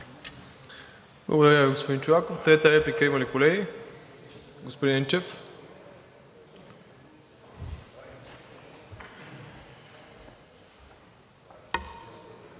Благодаря Ви, господин Чолаков. Трета реплика има ли, колеги? Господин Енчев,